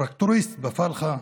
טרקטוריסט בפלחה,